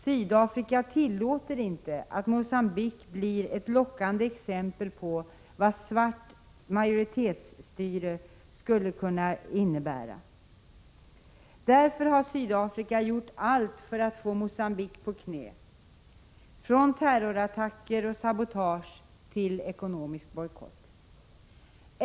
Sydafrika tillåter inte att Mogambique blir ett lockande exempel på vad svart styre i Sydafrika skulle kunna innebära. Därför har Sydafrika gjort allt för att få Mogambique på knä: från terrorattacker och sabotage till ekonomisk bojkott.